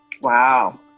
Wow